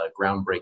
groundbreaking